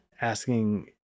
asking